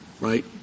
right